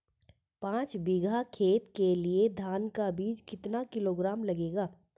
पाँच बीघा खेत के लिये धान का बीज कितना किलोग्राम लगेगा?